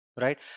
right